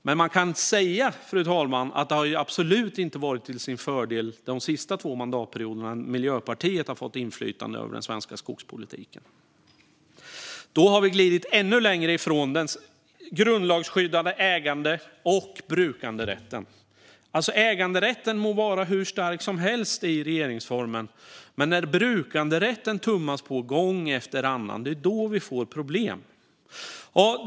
Men man kan säga, fru talman, att det absolut inte har varit till sin fördel de senaste två mandatperioderna när Miljöpartiet har haft inflytande över den svenska skogspolitiken. Då har vi glidit ännu längre ifrån den grundlagsskyddade ägande och brukanderätten. Äganderätten må vara hur stark som helst i regeringsformen, men när brukanderätten tummas på gång efter annan får vi problem.